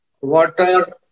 water